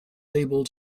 able